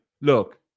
look